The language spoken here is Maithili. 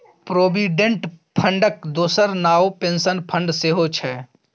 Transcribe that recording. प्रोविडेंट फंडक दोसर नाओ पेंशन फंड सेहौ छै